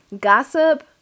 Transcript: gossip